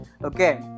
Okay